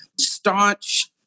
staunch